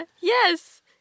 yes